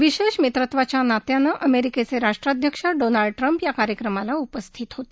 विशेष मित्रत्वाच्या नात्यानं अमेरिकेचे राष्ट्राध्यक्ष डोनाल्ड ट्रम्प या कार्यक्रमाला उपस्थित होते